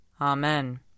Amen